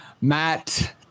Matt